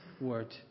word